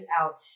out